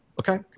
okay